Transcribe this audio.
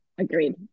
Agreed